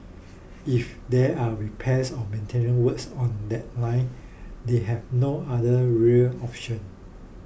if there are repairs or maintenance work on that line they have no other rail option